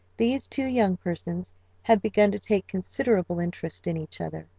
these two young persons had begun to take considerable interest in each other.